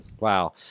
Wow